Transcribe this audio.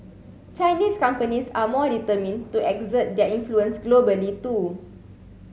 Chinese companies are more determined to exert their influence globally too